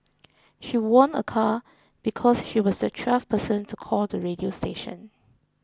she won a car because she was the twelfth person to call the radio station